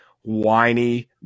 whiny